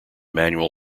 manual